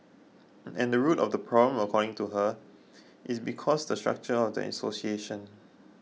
and the root of the problem according to her is because the structure of the association